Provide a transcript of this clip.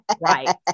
right